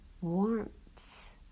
warmth